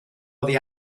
oddi